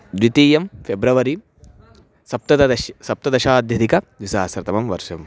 द्वितीयं फ़ेब्रवरी सप्तददश् सप्तदशाद्यधिकद्विसहस्रतमं वर्षम्